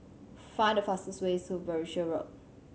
find the fastest way to Berkshire Road